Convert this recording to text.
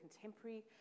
contemporary